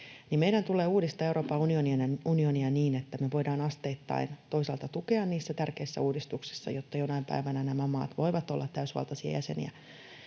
meidän tulee uudistaa Euroopan unionia niin, että me voidaan asteittain toisaalta tukea niissä tärkeissä uudistuksissa, jotta jonain päivänä nämä maat voivat olla täysivaltaisia jäseniä,